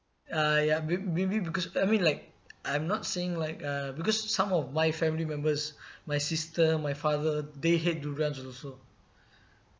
ah ya may~ maybe because I mean like I'm not saying like uh because some of my family members my sister my father they hate durians also